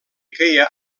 queia